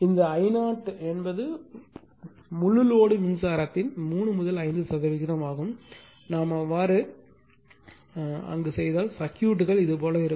இந்த I0 என்பது முழு லோடு மின்சாரத்தின் 3 முதல் 5 சதவிகிதம் ஆகும் நாம் அவ்வாறு அங்கு செய்தால் சர்க்யூட்டுகள் இதுபோல் இருக்கும்